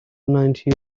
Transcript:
ninety